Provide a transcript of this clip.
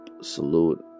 salute